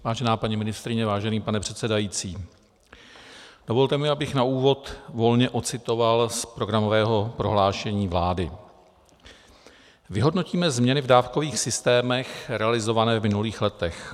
Vážená paní ministryně, vážený pane předsedající, dovolte mi, abych na úvod volně odcitoval z programového prohlášení vlády: Vyhodnotíme změny v dávkových systémech realizované v minulých letech.